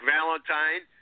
Valentine